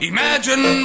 Imagine